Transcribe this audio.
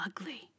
ugly